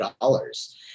dollars